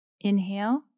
Inhale